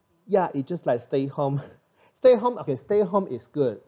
ya it just like stay home stay home okay stay home is good